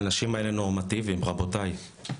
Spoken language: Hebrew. האנשים האלה נורמטיביים, רבותיי.